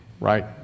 right